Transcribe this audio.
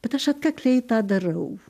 bet aš atkakliai tą darau